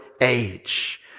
age